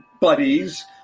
buddies